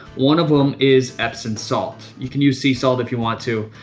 one of them is epsom salt. you can use sea salt if you want to.